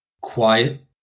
quiet